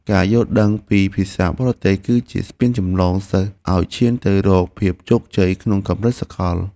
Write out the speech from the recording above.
ការយល់ដឹងពីភាសាបរទេសគឺជាស្ពានចម្លងសិស្សឱ្យឈានទៅរកភាពជោគជ័យក្នុងកម្រិតសកល។